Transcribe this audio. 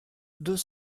deux